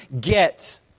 get